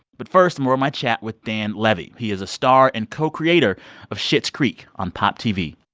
but first, more of my chat with dan levy. he is a star and co-creator of schitt's creek on pop tv